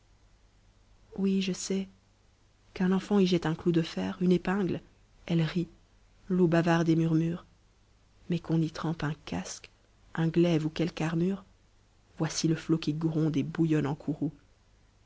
oui je sais qu'un enfant y jette un clou de fer une épingle elle rit l'eau bavarde et murmure mais qu'on y trempe un casque un glaive ou quelque armure voici le hot qui gronde et bouillonne en courroux